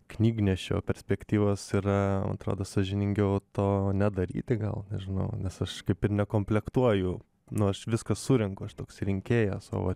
knygnešio perspektyvos yra man atrodo sąžiningiau to nedaryti gal nežnau nes aš kaip ir nekomplektuoju nu aš viską surenku aš toks rinkėjas savo